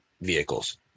vehicles